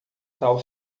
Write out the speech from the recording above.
tal